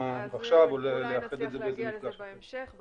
אולי נצליח להגיע לזה בהמשך.